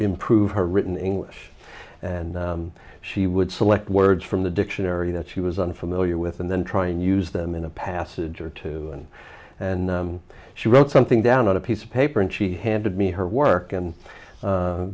improve her written english and she would select words from the dictionary that she was unfamiliar with and then try and use them in a passage or two and she wrote something down on a piece of paper and she handed me her work and